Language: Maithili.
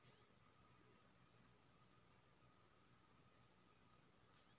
गेहूं के बुआई में केना खाद के प्रयोग कतेक मात्रा में करबैक चाही?